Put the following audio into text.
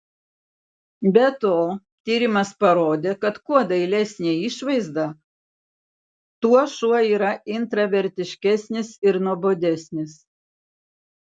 be to tyrimas parodė kad kuo dailesnė išvaizda tuo šuo yra intravertiškesnis ir nuobodesnis